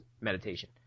meditation